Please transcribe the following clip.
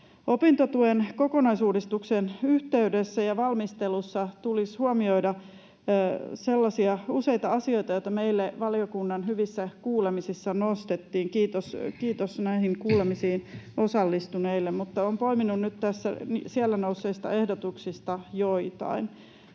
Opintotuen kokonaisuudistuksen yhteydessä ja valmistelussa tulisi huomioida useita sellaisia asioita, joita meille valiokunnan hyvissä kuulemisissa nostettiin. Kiitos näihin kuulemisiin osallistuneille. Olen poiminut nyt tähän joitain siellä nousseista ehdotuksista.